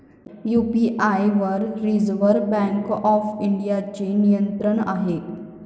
UPI वर Reserve Bank of इंडियाचे नियंत्रण आहे